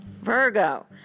Virgo